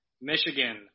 Michigan